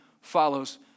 follows